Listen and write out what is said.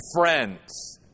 friends